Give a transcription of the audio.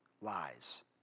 lies